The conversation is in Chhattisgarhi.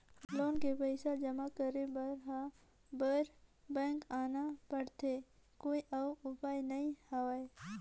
लोन के पईसा जमा करे बर हर बार बैंक आना पड़थे कोई अउ उपाय नइ हवय?